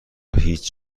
هیچ